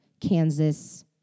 Kansas